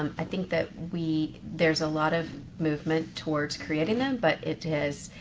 um i think that we, there's a lot of movement towards creating them, but it is,